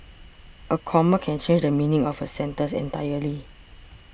a comma can change the meaning of a sentence entirely